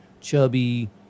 Chubby